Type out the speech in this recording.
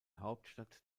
hauptstadt